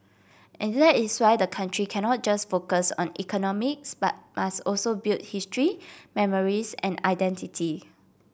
and that is why the country cannot just focus on economics but must also build history memories and identity